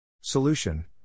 Solution